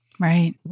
Right